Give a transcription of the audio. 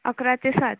अकरा ते सात